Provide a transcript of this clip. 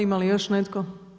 Ima li još netko?